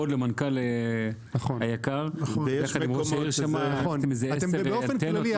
--- באופן כללי,